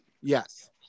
Yes